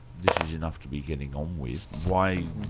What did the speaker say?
this is enough to be getting on with, why.